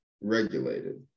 regulated